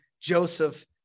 Joseph